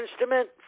instrument